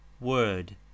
word